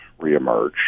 reemerge